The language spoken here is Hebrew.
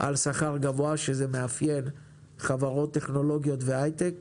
על שכר גבוה, שזה מאפיין חברות טכנולוגיה והייטק.